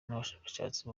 n’abashakashatsi